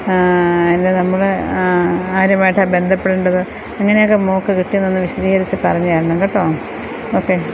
അതിൻ്റെ നമ്മൾ ആരുമായിട്ടാണ് ബന്ധപ്പെടേണ്ടത് എങ്ങനെയൊക്കെ മോൾക്ക് കിട്ടി എന്ന് ഒന്ന് വിശദികരിച്ച് പറഞ്ഞ് തരണം കേട്ടോ ഓക്കെ